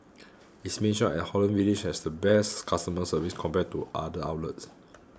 its main shop at Holland Village has the best customer service compared to other outlets